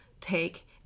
take